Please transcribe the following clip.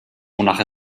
wonach